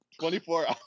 24